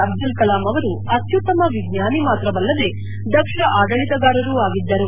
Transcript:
ಅಬ್ದುಲ್ ಕಲಾಂ ಅವರು ಅತ್ಯುತ್ತಮ ವಿಜ್ಞಾನಿ ಮಾತ್ರವಲ್ಲದೆ ದಕ್ಷ ಆಡಳಿತಗಾರರೂ ಆಗಿದ್ದರು